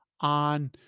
on